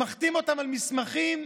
ומחתים אותם על מסמכים,